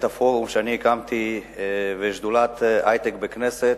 הפורום שאני הקמתי בשדולת ההיי-טק בכנסת,